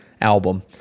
album